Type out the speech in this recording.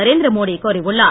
நரேந்திரமோடி கூறியுள்ளார்